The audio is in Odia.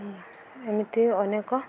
ଏମିତି ଅନେକ